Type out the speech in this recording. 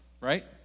right